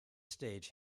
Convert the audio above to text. stage